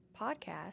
podcast